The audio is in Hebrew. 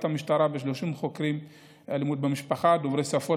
המשטרה ב-30 חוקרי אלימות במשפחה דוברי שפות